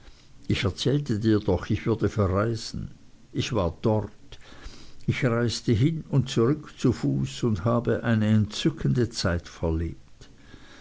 ich erzählte dir doch ich würde verreisen ich war dort ich reiste hin und zurück zu fuß und habe eine entzückende zeit verlebt